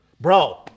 bro